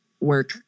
work